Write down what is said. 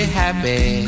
happy